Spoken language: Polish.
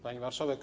Pani Marszałek!